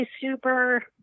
super